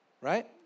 right